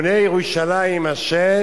אדוני היושב-ראש, כנסת נכבדה, בונה ירושלים ה',